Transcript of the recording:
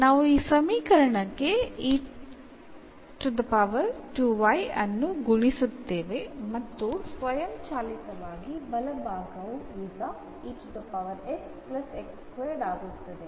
ನಾವು ಈ ಸಮೀಕರಣಕ್ಕೆ ಅನ್ನು ಗುಣಿಸುತ್ತೇವೆ ಮತ್ತು ಸ್ವಯಂಚಾಲಿತವಾಗಿ ಬಲಭಾಗವು ಈಗ ಆಗುತ್ತದೆ